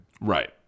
Right